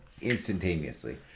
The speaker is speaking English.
instantaneously